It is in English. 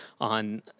on